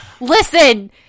listen